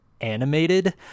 animated